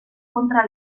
contra